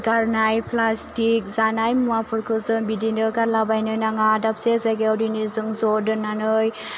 गारनाय प्लाष्टिक जानाय मुवाफोरखौ जों बिदिनो गारला बायनो नाङा दाबसे जायगायाव दिनै जों ज' दोननानै